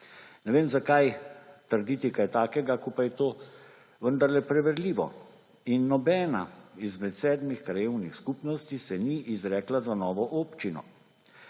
Ne vem, zakaj trditi kaj takega, ko pa je to vendarle preverljivo. In nobena izmed sedmih krajevnih skupnosti se ni izrekla za novo občino.